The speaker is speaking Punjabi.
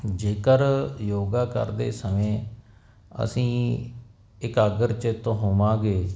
ਜੇਕਰ ਯੋਗਾ ਕਰਦੇ ਸਮੇਂ ਅਸੀਂ ਇਕਾਗਰ ਚਿੱਤ ਹੋਵਾਂਗੇ